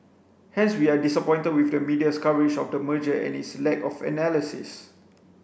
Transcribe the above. hence we are disappointed with the media's coverage of the merger and its lack of analysis